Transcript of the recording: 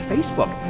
Facebook